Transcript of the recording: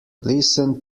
listen